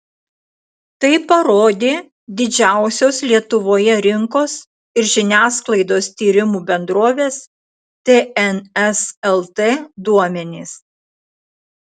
tai parodė didžiausios lietuvoje rinkos ir žiniasklaidos tyrimų bendrovės tns lt duomenys